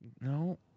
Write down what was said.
No